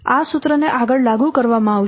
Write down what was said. આ સૂત્રને આગળ લાગુ કરવામાં આવશે